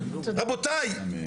רבותיי,